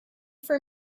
for